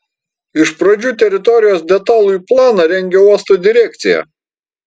iš pradžių teritorijos detalųjį planą rengė uosto direkcija